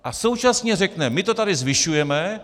A současně řekne: My to tady zvyšujeme.